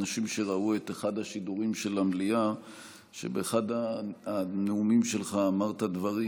אנשים שראו את אחד השידורים של המליאה שבאחד הנאומים שלך אמרת דברים,